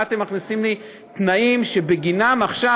מה אתם מכניסים לי תנאים שבגינם עכשיו